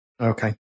Okay